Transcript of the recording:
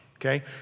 Okay